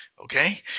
okay